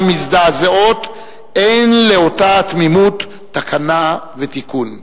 מזדעזעות אין לאותה ה"תמימות" תקנה ותיקון.